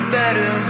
better